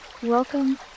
Welcome